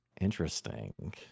interesting